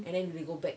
and then we go back